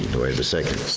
do i have a second?